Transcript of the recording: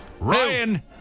Ryan